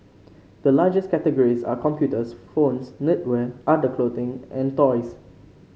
the largest categories are computers phones knitwear other clothing and toys